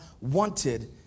wanted